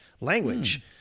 language